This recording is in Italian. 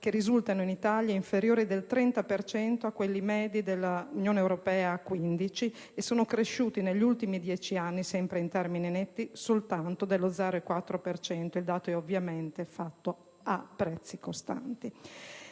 che risultano in Italia inferiori del 30 per cento a quelli medi dell'Unione europea a 15, e che sono cresciuti, negli ultimi dieci anni, sempre in termini netti, soltanto delle 0,4 per cento. Il dato è ovviamente fatto a prezzi costanti.